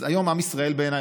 היום עם ישראל בעיניי,